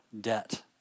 debt